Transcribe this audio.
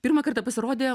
pirmą kartą pasirodė